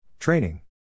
Training